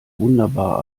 wunderbar